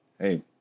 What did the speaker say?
hey